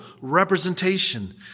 representation